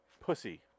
Pussy